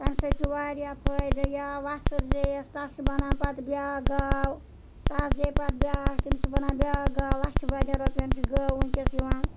تمہِ سۭتۍ چھُ واریاہ پھٲیدٕ یا وَژھٕر زیٚیَس تَس چھِ بَنان پَتہٕ بیاکھ گاو تَس زے پَتہٕ بیاکھ تٔمس چھ بَنان بیاکھ گاو لَچھِ بَدیٚن رۄپیَن چھِ گٲو وٕنکٮ۪س یِوان